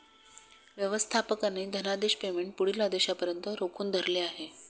व्यवस्थापकाने धनादेश पेमेंट पुढील आदेशापर्यंत रोखून धरले आहे